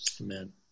amen